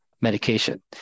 medication